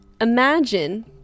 imagine